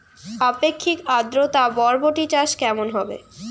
আপেক্ষিক আদ্রতা বরবটি চাষ কেমন হবে?